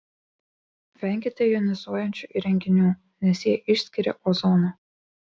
venkite jonizuojančių įrenginių nes jie išskiria ozoną